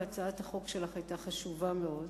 והצעת החוק שלך היתה חשובה מאוד,